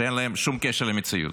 שאין להן שום קשר למציאות.